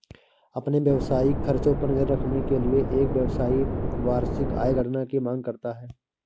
अपने व्यावसायिक खर्चों पर नज़र रखने के लिए, एक व्यवसायी वार्षिक आय गणना की मांग करता है